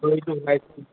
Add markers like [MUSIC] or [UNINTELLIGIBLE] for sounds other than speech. [UNINTELLIGIBLE]